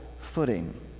footing